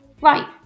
Right